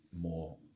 more